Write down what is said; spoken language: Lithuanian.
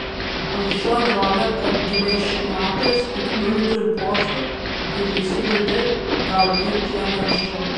anksčiau atrodė kad gviešiatės tik turtų ir postų kaip visi kiti gal tik kiek aršiau